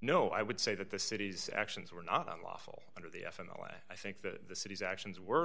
no i would say that the city's actions were not unlawful under the f in the law i think the city's actions were